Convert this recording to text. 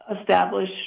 establish